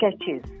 sketches